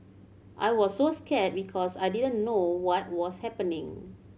I was so scared because I didn't know what was happening